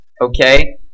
okay